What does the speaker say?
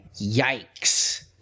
yikes